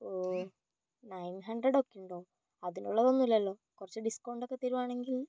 ഓ nine hundred ഒക്കെ ഉണ്ടോ അതിനുള്ളതൊന്നും ഇല്ലല്ലോ കുറച്ച് ഡിസ്കൗണ്ട് ഒക്കെ തരുവാണെങ്കിൽ